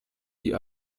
die